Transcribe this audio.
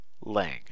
Lang